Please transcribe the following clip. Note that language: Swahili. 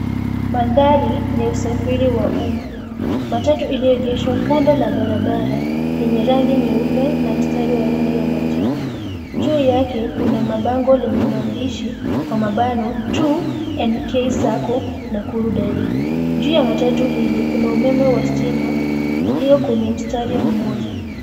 Mandhari ya usafiri wa umma. Matatu iliyoegeshwa kando la barabara yenye rangi nyeupe na mstari wa rangi ya manjano. Juu yake kuna mabango lenye maandishi kwa mabanao, (cs]2NK Sacco Nakuru direct[cs).Juu ya matatu hili kuna umeme wa stima ulio kwenye mstari mmoja.